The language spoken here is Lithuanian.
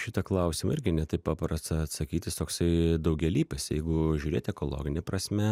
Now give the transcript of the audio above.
šitą klausimą irgi ne taip paprasta atsakyt jis toksai daugialypis jeigu žiūrėt ekologine prasme